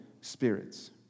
spirits